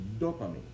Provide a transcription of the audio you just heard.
dopamine